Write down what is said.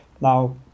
Now